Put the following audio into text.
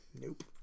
nope